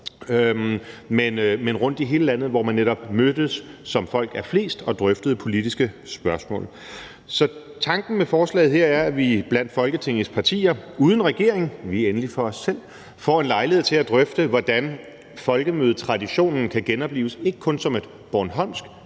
men rundt i hele landet, hvor man netop mødtes, som folk er flest, og drøftede politiske spørgsmål. Så tanken med forslaget her er, at vi blandt Folketingets partier uden regeringen – vi er endelig for os selv – får en lejlighed til at drøfte, hvordan folkemødetraditionen kan genoplives, ikke kun som et bornholmsk